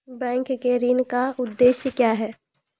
Bank के ऋण का उद्देश्य क्या हैं?